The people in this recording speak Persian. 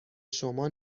شما